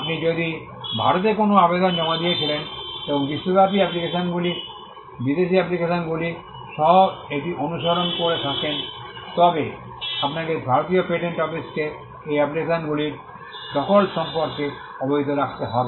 আপনি যদি ভারতে কোনও আবেদন জমা দিয়েছিলেন এবং বিশ্বব্যাপী অ্যাপ্লিকেশনগুলি বিদেশী অ্যাপ্লিকেশনগুলি সহ এটি অনুসরণ করে থাকেন তবে আপনাকে ভারতীয় পেটেন্ট অফিসকে এই অ্যাপ্লিকেশনগুলির দখল সম্পর্কে অবহিত রাখতে হবে